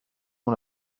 ont